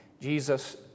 Jesus